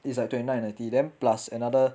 it's like twenty nine ninety then plus another